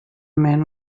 man